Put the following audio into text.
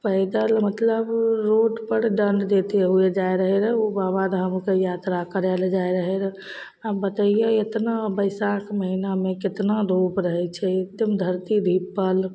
पैदल मतलब रोडपर दण्ड देते हुए जाय रहय रऽ उ बाबाधामके यात्रा करय लए जाइ रहय रऽ आब बतेइयौ इतना बैसाख महीनामे कितना धूप रहय छै एकदम धरती धिप्पल